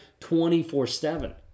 24-7